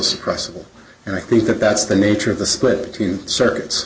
suppress and i think that that's the nature of the split between circuits